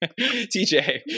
TJ